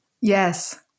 Yes